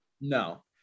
No